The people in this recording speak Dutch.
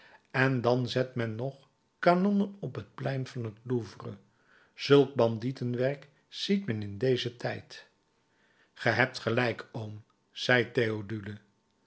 en dan zet men nog kanonnen op het plein van het louvre zulk bandietenwerk ziet men in dezen tijd ge hebt gelijk oom zei theodule